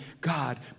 God